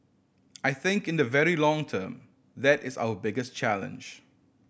I think in the very long term that is our biggest challenge